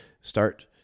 start